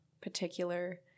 particular